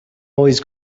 always